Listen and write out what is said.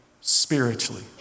spiritually